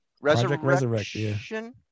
Resurrection